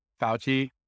Fauci